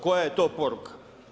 Koja je to poruka?